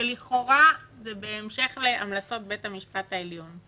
כשלכאורה זה בהמשך להמלצות בית המשפט העליון,